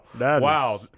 Wow